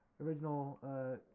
original